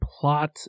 plot